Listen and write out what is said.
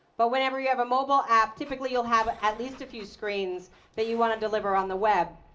but whenever you have a mobile app, typically, you'll have at least a few screens that you want to deliver on the web.